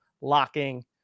locking